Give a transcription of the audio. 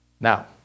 Now